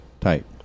type